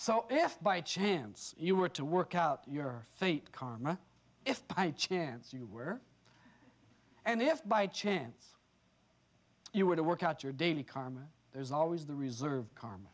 so if by chance you were to work out your fate karma if by chance you were and if by chance you were to work out your daily karma there's always the reserve karm